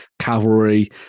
cavalry